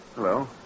Hello